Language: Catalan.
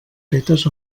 fetes